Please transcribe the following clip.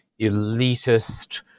elitist